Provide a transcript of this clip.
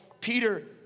Peter